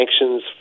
sanctions